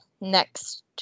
next